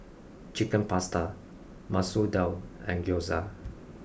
Chicken Pasta Masoor Dal and Gyoza